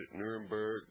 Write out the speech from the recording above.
Nuremberg